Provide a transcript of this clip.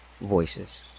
voices